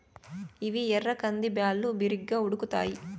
ఇవి ఎర్ర కంది బ్యాళ్ళు, బిరిగ్గా ఉడుకుతాయి